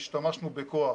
השתמשנו בכוח,